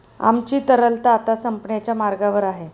आमची तरलता आता संपण्याच्या मार्गावर आहे